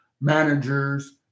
managers